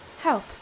help